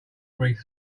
wreath